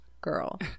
girl